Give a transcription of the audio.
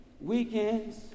weekends